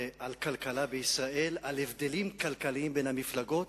כלכלה בישראל, על הבדלים כלכליים בין המפלגות,